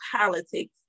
politics